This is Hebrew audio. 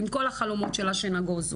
עם כל החלומות שלה שנגוזו.